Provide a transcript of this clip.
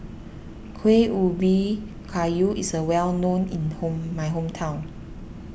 Kueh Ubi Kayu is well known in my hometown